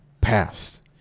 past